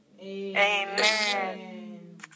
Amen